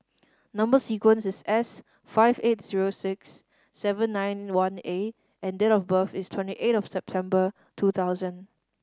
number sequence is S five eight zero six seven nine one A and date of birth is twenty eight September two thousand